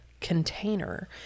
container